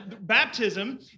Baptism